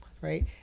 Right